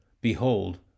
Behold